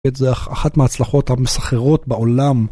זה אחת מההצלחות המסחררות בעולם.